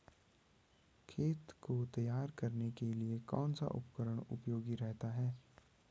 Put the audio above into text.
खेत को तैयार करने के लिए कौन सा उपकरण उपयोगी रहता है?